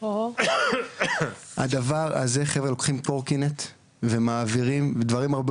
אנשים לוקחים קורקינט ומעבירים דברים הרבה